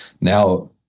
Now